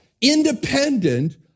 independent